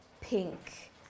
Pink